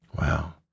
Wow